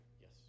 Yes